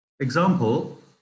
Example